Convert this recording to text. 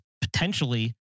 potentially